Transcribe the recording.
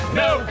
no